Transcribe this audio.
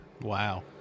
Wow